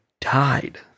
died